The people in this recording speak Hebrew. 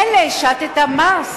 מילא, השתת מס.